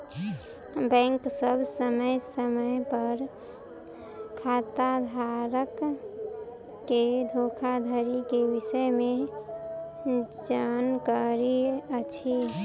bank सभ समय समय पर खाताधारक के धोखाधड़ी के विषय में जानकारी अछि